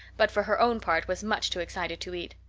but for her own part was much too excited to eat.